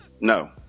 no